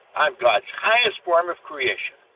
i'm god's highest form of creation.